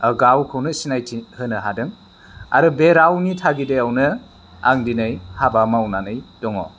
गावखौनो सिनायथि होनो हादों आरो बे रावनि थागिदायावनो आं दिनै हाबा मावनानै दङ